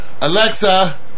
Alexa